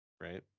right